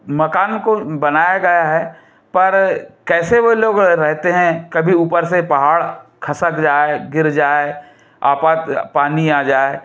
मकान को बनाया गया है पर कैसे वो लोग रहते हैं कभी ऊपर से पहाड़ खसक जाए गिर जाए आफत पानी आ जाए